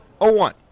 0-1